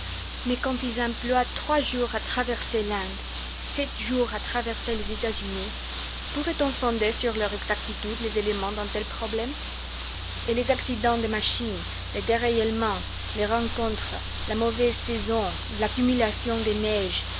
mais quand ils emploient trois jours à traverser l'inde sept jours à traverser les états-unis pouvait-on fonder sur leur exactitude les éléments d'un tel problème et les accidents de machine les déraillements les rencontres la mauvaise saison l'accumulation des neiges